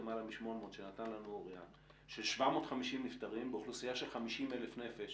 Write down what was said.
למעלה מ-800 שנתן לנו אוריין של 750 נפטרים באוכלוסייה של 50,000 נפש